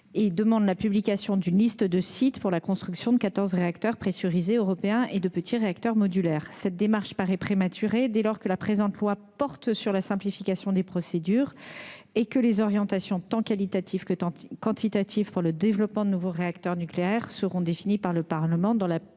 soumis à la participation du public pour la construction de quatorze réacteurs pressurisés européens et de petits réacteurs modulaires. Cette démarche paraît prématurée dès lors que ce projet de loi porte sur la simplification des procédures et que les orientations, tant qualitatives que quantitatives, applicables au développement de nouveaux réacteurs nucléaires seront définies par le Parlement dans le prochain